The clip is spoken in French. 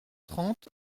trente